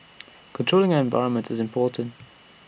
controlling our environment is important